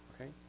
Okay